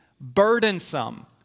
burdensome